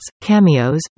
cameos